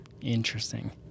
Interesting